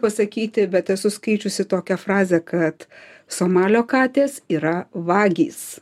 pasakyti bet esu skaičiusi tokią frazę kad somalio katės yra vagys